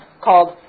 called